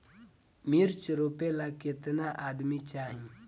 मिर्च रोपेला केतना आदमी चाही?